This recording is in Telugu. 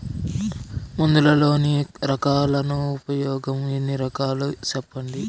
మందులలోని రకాలను ఉపయోగం ఎన్ని రకాలు? సెప్పండి?